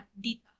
dita